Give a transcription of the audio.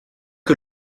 que